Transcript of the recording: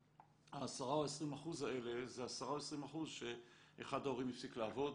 ה-10% או 20% האלה זה 10% או 20% שאחד ההורים הפסיק לעבוד